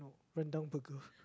Rendang burger